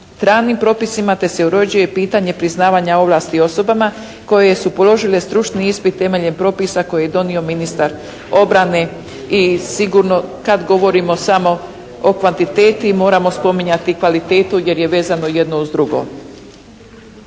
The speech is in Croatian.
stranim propisima te se uređuje pitanje priznavanja ovlasti osobama koje su položile stručni ispit temeljem propisa koji je donio ministar obrane. I sigurno kad govorimo samo o kvantiteti, moramo spominjati kvalitetu jer je vezano jedno uz drugo.